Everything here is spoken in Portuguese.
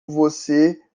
você